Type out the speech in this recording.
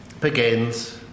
begins